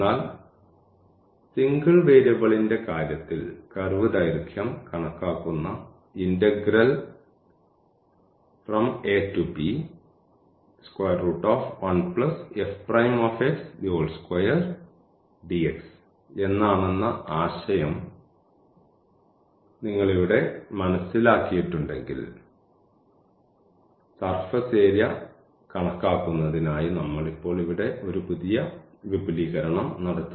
എന്നാൽ സിംഗിൾ വേരിയബിളിന്റെ കാര്യത്തിൽ കർവ് ദൈർഘ്യം കണക്കാക്കുന്ന ഇന്റഗ്രൽ എന്നാണെന്ന ആശയം നിങ്ങൾ ഇവിടെ മനസിലാക്കിയിട്ടുണ്ടെങ്കിൽ സർഫസ് ഏരിയ കണക്കാക്കുന്നതിനായി നമ്മൾ ഇപ്പോൾ ഇവിടെ ഒരു വിപുലീകരണം നടത്തും